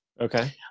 Okay